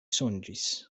sonĝis